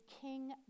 king